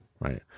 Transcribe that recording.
Right